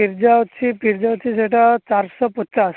pizza ଅଛି pizza ଅଛି ସେଟା ଚାରିଶହ ପଚାଶ